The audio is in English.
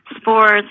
sports